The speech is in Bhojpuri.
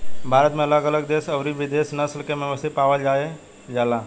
भारत में अलग अलग देशी अउरी विदेशी नस्ल के मवेशी पावल जाइल जाला